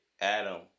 Adam